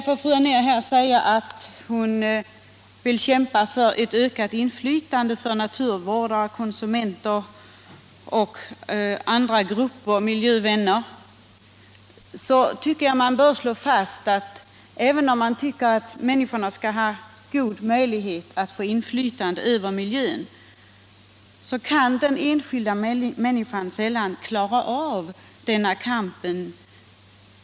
Fru Anér sade att hon vill kämpa för ett ökat inflytande åt naturvårdare, konsumenter, miljövänner och andra grupper. Men även om man anser att människorna skall ha goda möjligheter att få ett inflytande över miljön, tycker jag att man bör konstatera att den enskilda människan sällan klarar av denna kamp.